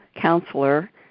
counselor